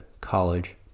college